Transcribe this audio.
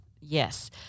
Yes